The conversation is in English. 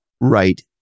right